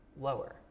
lower